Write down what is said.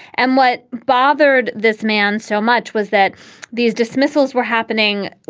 and what bothered this man so much was that these dismissals were happening.